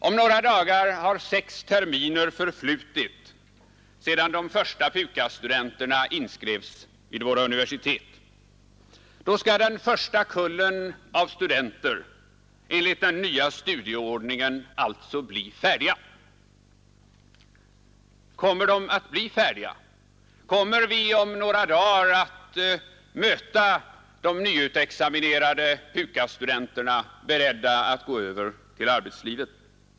Om några dagar har sex terminer förflutit sedan de första PUKAS studenterna inskrevs vid våra universitet. Då skall den första kullen av studenter enligt den nya studieordningen alltså bli färdig. Kommer de att bli färdiga? Kommer vi om några dagar att möta de nyutexaminerade PUKAS-studenterna, beredda att gå över till arbetslivet?